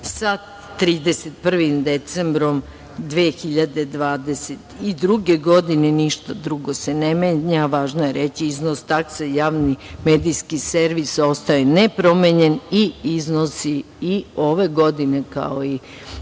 sa 31. decembrom 2022. godine. Ništa drugo se ne menja. Važno je reći da iznos takse za Javni medijski servis ostaje nepromenjen i iznosi iduće godine, kao i